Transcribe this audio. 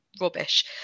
rubbish